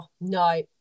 no